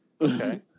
Okay